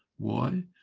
why?